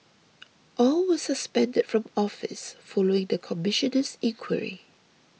all were suspended from office following the Commissioner's inquiry